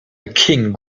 king